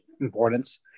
importance